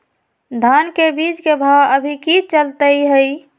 धान के बीज के भाव अभी की चलतई हई?